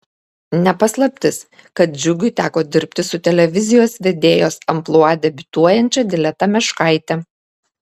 ne paslaptis kad džiugui teko dirbti su televizijos vedėjos amplua debiutuojančia dileta meškaite